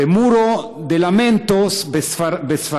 ו-Muro de Lamentos בספרדית,